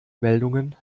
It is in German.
meldungen